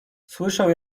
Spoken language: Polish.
słyszę